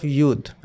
youth